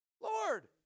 Lord